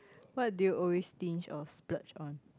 what do you always stinge or splurge on